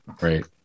Right